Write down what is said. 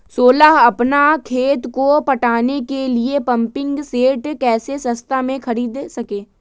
सोलह अपना खेत को पटाने के लिए पम्पिंग सेट कैसे सस्ता मे खरीद सके?